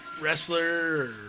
Wrestler